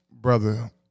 brother